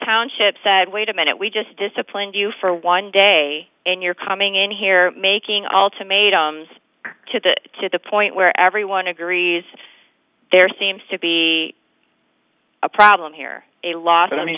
township said wait a minute we just disciplined you for one day and you're coming in here making all to made to the to the point where everyone agrees there seems to be a problem here a lot